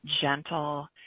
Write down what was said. gentle